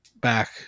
back